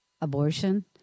abortion